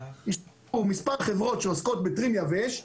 יש מספר חברות שעוסקות בטרים יבש,